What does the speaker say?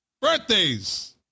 Birthdays